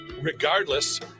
regardless